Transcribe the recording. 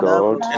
God